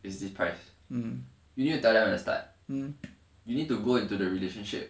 is this price you need to tell them at the start you need to go into the relationship